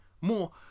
more